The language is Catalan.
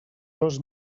dos